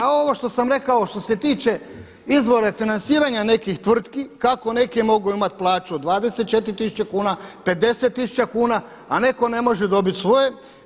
A ovo što sam rekao što se tiče izvora financiranja nekih tvrtki, kako neke mogu imati plaću od 24 tisuća kuna, 50 tisuća kuna, a neko ne može dobiti svoje.